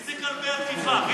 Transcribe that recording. מי אלה כלבי התקיפה?